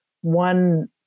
one